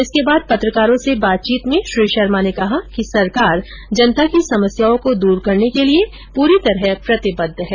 इसके बाद पत्रकारों से बातचीत में श्री शर्मा ने कहा कि सरकार जनता की समस्याओं को दूर करने के लिये पूरी तरह प्रतिबद्व है